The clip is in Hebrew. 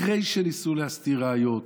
אחרי שניסו להסתיר ראיות,